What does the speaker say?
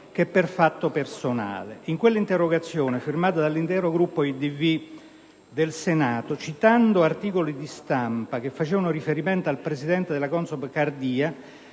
sia per fatto personale. Nella suddetta interrogazione, sottoscritta dall'intero Gruppo IdV del Senato, citando articoli di stampa che facevano riferimento al presidente della CONSOB Cardia,